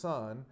Son